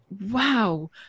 wow